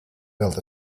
built